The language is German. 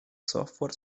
software